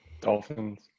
Dolphins